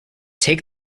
take